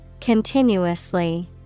Continuously